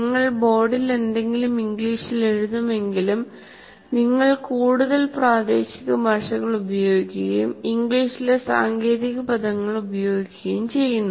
നിങ്ങൾ ബോർഡിൽ എന്തെങ്കിലും ഇംഗ്ലീഷിൽ എഴുതുമെങ്കിലും നിങ്ങൾ കൂടുതൽ പ്രാദേശിക ഭാഷകൾ ഉപയോഗിക്കുകയും ഇംഗ്ലീഷിലെ സാങ്കേതിക പദങ്ങൾ ഉപയോഗിക്കുകയും ചെയ്യുന്നു